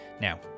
Now